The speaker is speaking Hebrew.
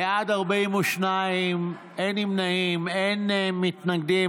בעד, 42, אין נמנעים, אין מתנגדים.